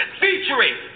featuring